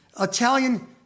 Italian